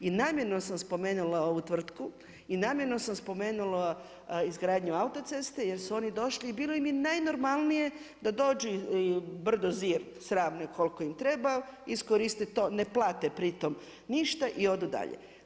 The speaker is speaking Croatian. I namjerno sam spomenula ovu tvrtku i namjerno sam spomenula izgradnju autoceste, jer su oni došli i bilo im je najnormalnije da dođu i brdo Zir sravne koliko im treba, iskoriste to, ne plate pritom ništa i odu dalje.